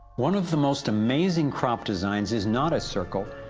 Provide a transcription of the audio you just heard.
one of the most amazing crop designs is not a circle,